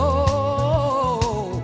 oh